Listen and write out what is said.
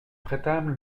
prêtâmes